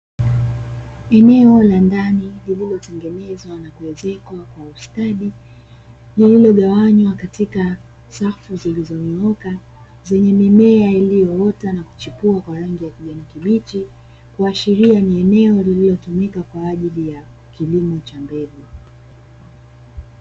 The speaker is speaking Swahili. Eneo la ndani lililotengenezwa na kuezekwa kwa ustadi, lililogawanywa katika safu zilizonyooka zenye mimea iliyoota na, kuchipua kwa rangi ya kijani kibichi, kuashiria ni eneo linalotumika kwa ajili ya kilimo cha mbegu.